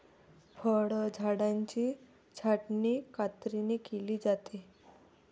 फळझाडांची छाटणी कात्रीने केली जाते